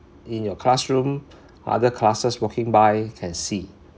in your classroom other classes walking by can see